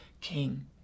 King